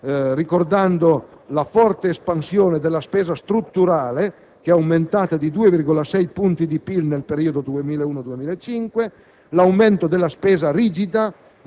evidenziando la forte espansione della spesa strutturale, che è aumentata di 2,6 punti di PIL nel periodo 2001-2005, l'aumento della spesa rigida,